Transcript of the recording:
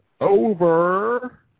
over